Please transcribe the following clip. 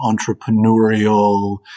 entrepreneurial